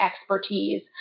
expertise